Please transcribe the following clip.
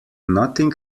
nothing